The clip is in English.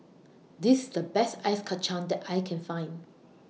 This The Best Ice Kacang that I Can Find